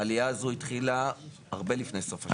העלייה הזו הצליחה הרבה לפני סוף השנה.